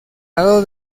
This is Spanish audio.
lado